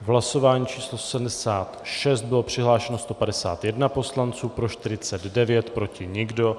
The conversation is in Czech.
Hlasování číslo 76, bylo přihlášeno 151 poslanců, pro 149, proti nikdo.